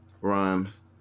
Rhymes